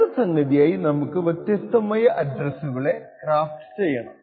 അടുത്ത സംഗതിയായി നമുക്ക് വ്യത്യസ്തമായ അഡ്രെസ്സുകളെ ക്രാഫ്റ്റ് ചെയ്യണം